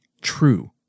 true